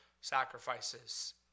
sacrifices